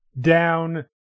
down